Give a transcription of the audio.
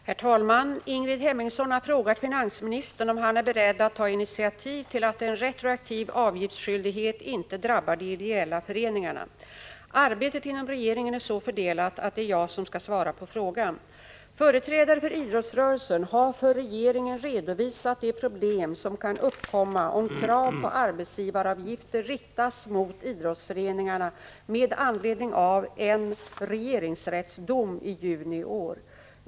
Herr talman! Ingrid Hemmingsson har frågat finansministern om han är beredd att ta initiativ till att en retroaktiv avgiftsskyldighet inte drabbar de ideella föreningarna. Arbetet inom regeringen är så fördelat att det är jag som skall svara på frågan. Företrädare för idrottsrörelsen har för regeringen redovisat de problem som kan uppkomma om krav på arbetsgivaravgifter riktas mot idrottsföreningarna med anledning av en regeringsrättsdom i juni i år.